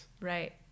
right